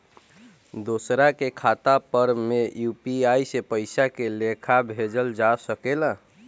दोसरा के खाता पर में यू.पी.आई से पइसा के लेखाँ भेजल जा सके ला?